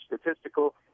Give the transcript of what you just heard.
statistical